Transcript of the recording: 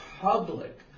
public